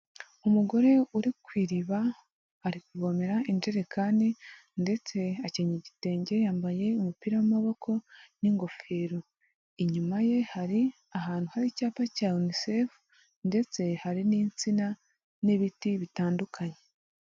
Umugore uri ku iriba ari kuvomera injerekani ndetse akenyeye igitenge, yambaye umupira w'amaboko n'ingofero. Inyuma ye hari ahantu hari icyapa cya inisefu ndetse hari n'insina n'ibiti bitandukanye.